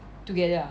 together ah